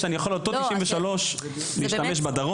אני יכול את אותו 93 להשתמש בדרום,